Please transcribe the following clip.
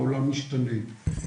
העולם משתנה.